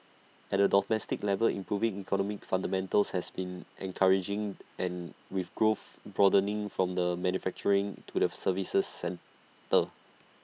at A domestic level improving economic fundamentals have been encouraging and with growth broadening from the manufacturing to the services sectors